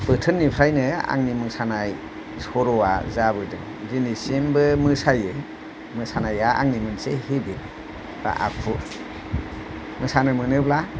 बोथोरनिफ्रायनो आंनि मोसानाय सर'या जाबोदों दिनैसिमबो मोसायो मोसानाया आंनि मोनसे हेबिट बा आखु मोसानो मोनोब्ला